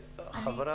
ויש לנו,